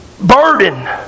Burden